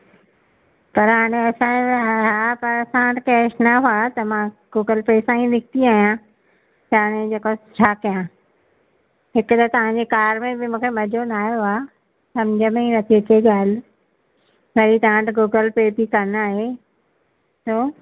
पर हाणे असांजो हा आहे पर असां वटि कैश न हुआ त मां गूगल पे सां ई निकिती आहियां त हाणे जेको छा कया हिकिड़े तव्हांजे कार में बि मूंखे मज़ो न आयो आहे सम्झ में ई नथी अचे ॻाल्हि वरी तव्हां त गूगल पे बि कोन्ह आहे चओ